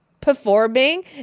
performing